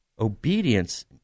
obedience